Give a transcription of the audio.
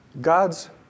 God's